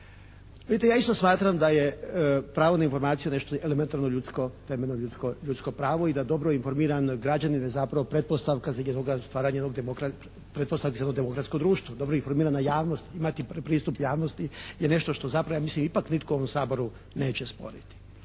ja isto smatram da je pravo na informaciju nešto elementarno ljudsko, temeljno ljudsko pravo i da dobro informiran građanin je zapravo pretpostavka za jednoga, stvaranje jednog, pretpostavka za jedno demokratsko društvo. Dobro informirana javnost, imati pristup javnosti je nešto što zapravo ja mislim nitko u Saboru neće sporiti.